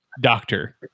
doctor